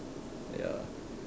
ya